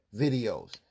videos